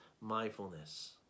mindfulness